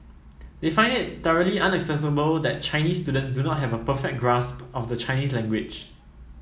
they find it thoroughly unacceptable that Chinese students do not have a perfect grasp of the Chinese language